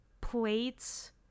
plates